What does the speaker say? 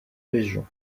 région